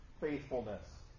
faithfulness